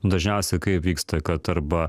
dažniausiai kaip vyksta kad arba